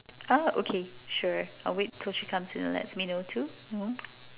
ah okay sure I'll wait till she comes in and lets me know too you know